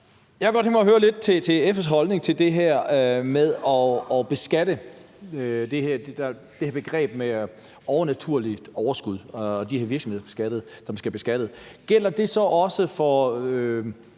Jeg kunne godt tænke mig at høre SF's holdning til det her med at beskatte det, man kalder overnaturligt overskud, og de her virksomheder, som skal beskattes. Der har været noget ude